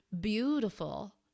beautiful